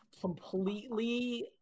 Completely